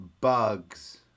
bugs